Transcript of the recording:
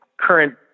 current